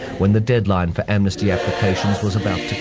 when the deadline for amnesty applications was about